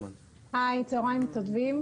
היי, צוהריים טובים.